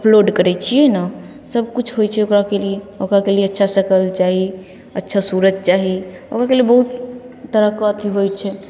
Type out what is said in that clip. upload करै छिए ने सबकिछु होइ छै ओकराके लिए ओकराके लिए अच्छा शकल चाही अच्छा सूरत चाही ओकराके लिए बहुत तरहके अथी होइ छै